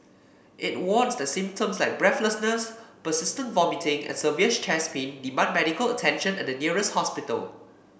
it warns that symptoms like breathlessness persistent vomiting and severe chest pain demand medical attention at the nearest hospital